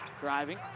Driving